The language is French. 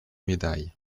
médailles